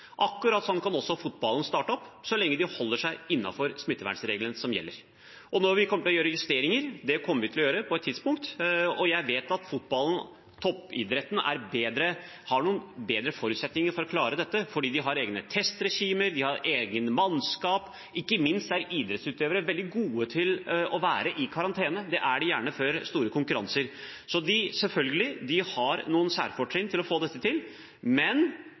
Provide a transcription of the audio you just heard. Akkurat slik kan også fotballen starte opp så lenge de holder seg innenfor smittevernreglene som gjelder. Når kommer vi til å gjøre justeringer? Det kommer vi til å gjøre på et tidspunkt. Jeg vet at fotballen og toppidretten har noen bedre forutsetninger for å klare dette, for de har egne testregimer, de har egne mannskap, og ikke minst er idrettsutøvere veldig gode til å være i karantene. Det er de gjerne før store konkurranser. Så selvfølgelig har de noen særfortrinn med tanke på å få dette til. Men